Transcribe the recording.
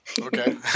Okay